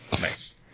Nice